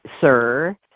sir